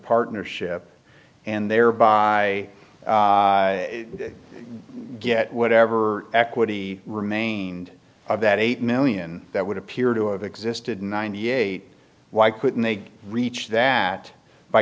partnership and thereby get whatever equity remained of that eight million that would appear to have existed ninety eight why couldn't they reach that by